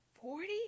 Forty